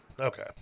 Okay